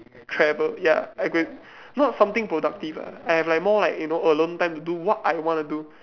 travel ya I could not something productive ah I would have more like you know alone time to do what I wanna do